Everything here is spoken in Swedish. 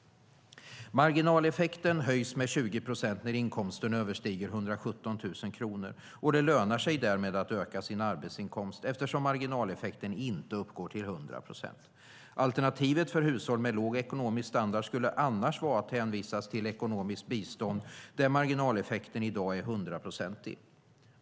Marginaleffekten höjs med 20 procent när inkomsterna överstiger 117 000 kronor, och det lönar sig därmed att öka sin arbetsinkomst eftersom marginaleffekten inte uppgår till 100 procent. Alternativet för hushåll med låg ekonomisk standard skulle annars vara att hänvisas till ekonomiskt bistånd där marginaleffekten i dag är hundraprocentig.